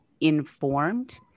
informed